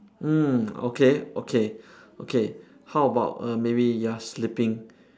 mm okay okay okay how about err maybe you are sleeping